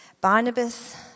Barnabas